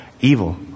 Evil